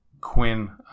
Quinn